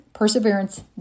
Perseverance